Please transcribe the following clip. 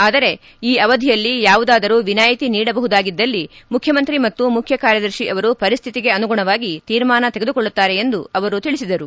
ಆದರೆ ಈ ಅವಧಿಯಲ್ಲಿ ಯಾವುದಾದರೂ ವಿನಾಯಿತಿ ನೀಡಬಹುದಾಗಿದ್ದಲ್ಲಿ ಮುಖ್ಯಮಂತ್ರಿ ಮತ್ತು ಮುಖ್ಯಕಾರ್ಯದರ್ತಿ ಅವರು ಪರಿಸ್ತಿತಿಗೆ ಅನುಗುಣವಾಗಿ ತೀರ್ಮಾನ ತೆಗೆದುಕೊಳ್ಳುತ್ತಾರೆ ಎಂದು ಅವರು ತಿಳಿಸಿದರು